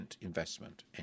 investment